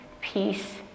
peace